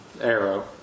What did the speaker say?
Arrow